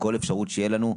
בכל אפשרות שתהיה לנו,